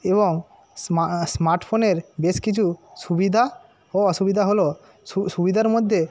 এবং স্মার্টফোনের বেশ কিছু সুবিধা ও অসুবিধা হলো সুবিধার মধ্যে